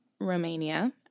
Romania